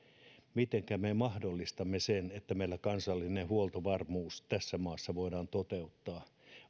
mitenkä me mahdollistamme sen että meillä kansallinen huoltovarmuus tässä maassa voidaan toteuttaa